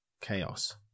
chaos